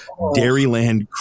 dairyland